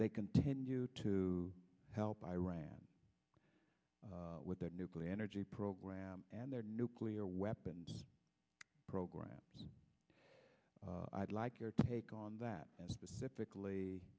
they continue to help iran with their nuclear energy program and their nuclear weapons program i'd like your take on that specifically